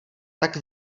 tak